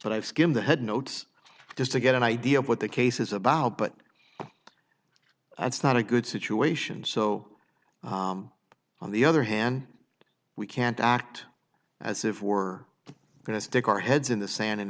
but i've skimmed the headnotes just to get an idea of what the case is about but that's not a good situation so on the other hand we can't act as if we're going to stick our heads in the sand and